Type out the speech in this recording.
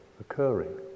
occurring